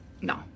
No